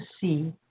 see